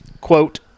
quote